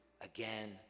again